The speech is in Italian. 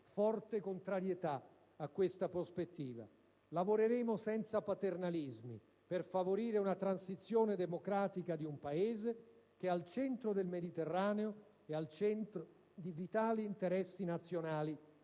forte contrarietà a questa prospettiva. Lavoreremo senza paternalismi per favorire una transizione democratica di un Paese che è al centro del Mediterraneo e di vitali interessi nazionali